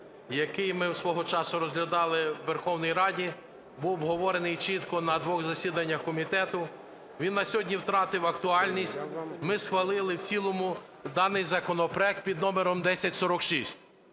який ми свого часу розглядали у Верховній Раді, був обговорений чітко на двох засіданнях комітету. Він на сьогодні втратив актуальність. Ми схвалили в цілому даний законопроект під номером 1046.